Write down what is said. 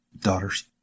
daughters